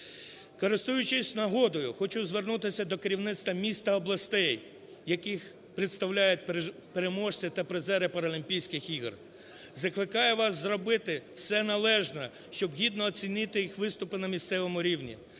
Користуючись нагодою, хочу звернутися до керівництв міст та областей, які представляють переможці та призери Паралімпійських ігор. Закликаю вас зробити все належне, щоб гідно оцінити їх виступи на місцевому рівні.